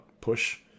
Push